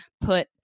put